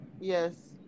Yes